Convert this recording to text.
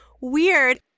weird